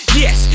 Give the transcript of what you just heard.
yes